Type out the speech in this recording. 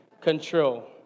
control